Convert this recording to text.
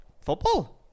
Football